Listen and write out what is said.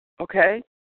okay